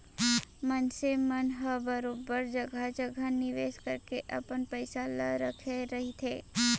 मनसे मन ह बरोबर जघा जघा निवेस करके अपन पइसा ल रखे रहिथे